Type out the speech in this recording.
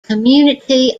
community